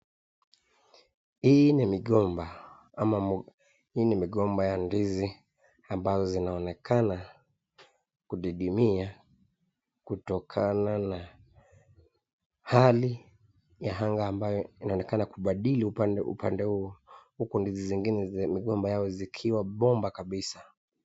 Hii ni migomba ama migomba ya ndizi ambazo zinaonekana kudidimia kutokana na hali ya anga ambayo inaonekana kubadili upande huo huku ndizi zingine zilizo zikiwa bomba kabisa.